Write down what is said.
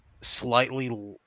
slightly